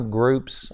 groups